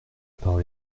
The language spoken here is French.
parole